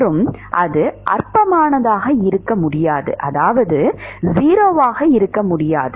மற்றும் அது அற்பமானதாக இருக்க முடியாது அதாவது 0 ஆக இருக்க முடியாது